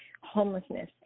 homelessness